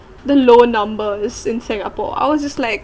the lower numbers in singapore I was just like